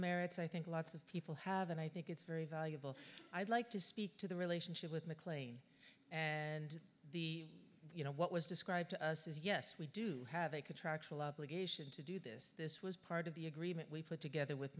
merits i think lots of people have and i think it's very valuable i'd like to speak to the relationship with mclean and the you know what was described to us is yes we do have a contractual obligation to do this this was part of the agreement we put together with